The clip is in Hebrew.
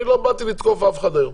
אני לא באתי לתקוף אף אחד היום.